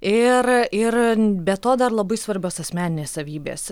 ir ir be to dar labai svarbios asmeninės savybės